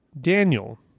Daniel